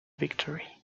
victory